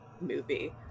movie